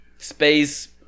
Space